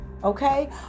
Okay